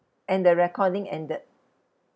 and the recording ended